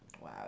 wow